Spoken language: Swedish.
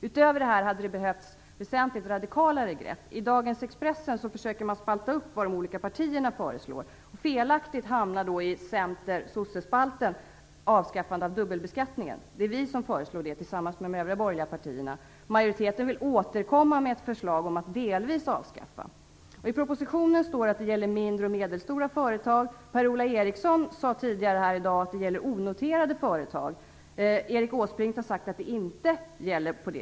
Utöver detta hade det behövs väsentligt radikalare grepp. I dagens Expressen försöker man att spalta upp vad de olika partierna föreslår. Felaktigt hamnar då i Centern/Socialdemokraterna-spalten avskaffande av dubbelbeskattningen. Det är vi i Folkpartiet som föreslår det tillsammans med de övriga borgerliga partierna. Majoriteten vill återkomma med ett förslag om att delvis avskaffa dubbelbeskattningen. I propositionen står att det gäller mindre och medelstora företag. Per-Ola Eriksson sade tidigare här i dag att det gäller onoterade företag. Erik Åsbrink har sagt att det inte är så.